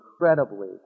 incredibly